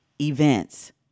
events